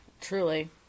Truly